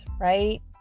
right